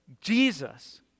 Jesus